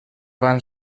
van